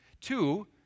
Two